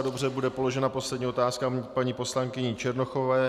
Dobře bude položena poslední otázka paní poslankyní Černochovou.